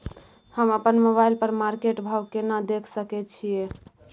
हम अपन मोबाइल पर मार्केट भाव केना देख सकै छिये?